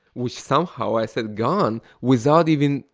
which somehow i said gan, without even,